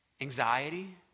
anxiety